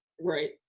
Right